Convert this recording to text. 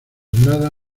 nada